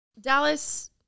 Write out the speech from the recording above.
Dallas